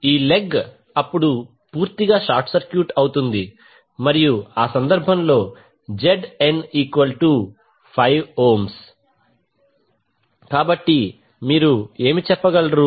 ఈ లెగ్ అప్పుడు పూర్తిగా షార్ట్ సర్క్యూట్ అవుతుంది మరియు ఆ సందర్భంలో ZN5 కాబట్టి మీరు ఏమి చెప్పగలరు